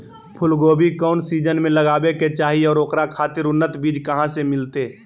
फूलगोभी कौन सीजन में लगावे के चाही और ओकरा खातिर उन्नत बिज कहा से मिलते?